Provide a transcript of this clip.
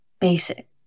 basic